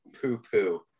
poo-poo